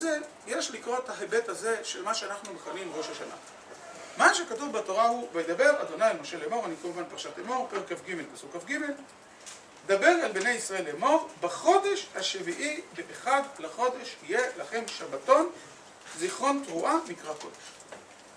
יש לקרוא את ההיבט הזה של מה שאנחנו מכנים ראש השנה. מה שכתוב בתורה הוא, וידבר אדוני משה לאמור, אני קוראים לו פרשת לאמור, פרק אף ג' פסוק אף ג' דבר על בני ישראל לאמור, בחודש השביעי, באחד לחודש יהיה לכם שבתון, זיכרון תרועה, מקרא קודש.